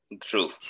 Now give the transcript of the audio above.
True